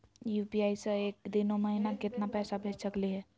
UPI स एक दिनो महिना केतना पैसा भेज सकली हे?